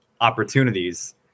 opportunities—